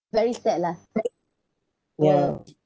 very sad lah your